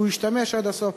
שהוא ישתמש עד הסוף.